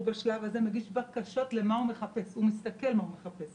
בשלב הזה הוא בקשות, מסתכל מה הוא מחפש